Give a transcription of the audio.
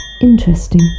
Interesting